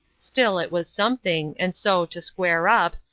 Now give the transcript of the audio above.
still, it was something, and so, to square up,